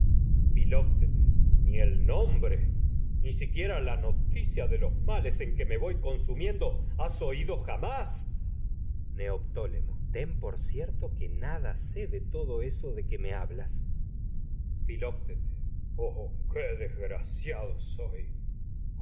ni el nombre ni siquiera la noticia de los males en que me yoy consumiendo has oído jamás cierto que neoptólemo de ten por nada sé de todo eso que me hablas filoctetes oh qué desgraciado soy